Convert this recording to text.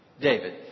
David